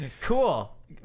Cool